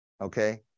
okay